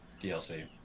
DLC